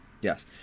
Yes